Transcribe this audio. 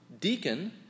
deacon